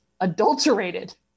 adulterated